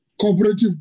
cooperative